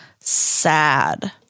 sad